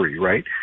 right